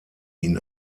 ihn